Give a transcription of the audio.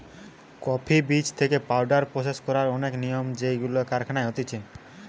coffee বীজ থেকে powder process করার অনেক নিয়ম যেইগুলো কারখানায় হতিছে